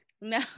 No